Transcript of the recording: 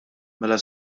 mela